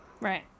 right